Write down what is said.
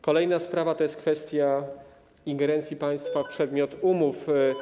Kolejna sprawa to jest kwestia ingerencji państwa w przedmiot umów.